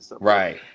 Right